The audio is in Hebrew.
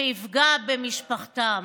שיפגע במשפחתם.